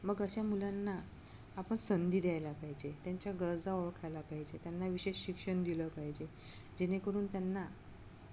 मग अशा मुलांना आपण संधी द्यायला पाहिजे त्यांच्या गरजा ओळखायला पाहिजे त्यांना विशेष शिक्षण दिलं पाहिजे जेणेकरून त्यांना